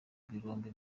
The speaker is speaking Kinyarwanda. birombe